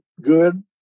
good